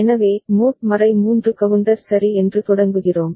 எனவே mode 3 counter சரி என்று தொடங்குகிறோம்